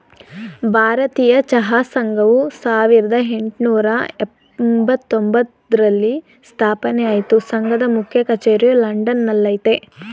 ಭಾರತೀಯ ಚಹಾ ಸಂಘವು ಸಾವಿರ್ದ ಯೆಂಟ್ನೂರ ಎಂಬತ್ತೊಂದ್ರಲ್ಲಿ ಸ್ಥಾಪನೆ ಆಯ್ತು ಸಂಘದ ಮುಖ್ಯ ಕಚೇರಿಯು ಲಂಡನ್ ನಲ್ಲಯ್ತೆ